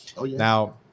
now